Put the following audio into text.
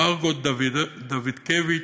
מרגוט דודקביץ,